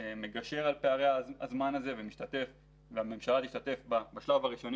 שמגשר על פערי הזמן הזה והממשלה תשתתף בשלב הראשוני